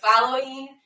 following